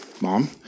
mom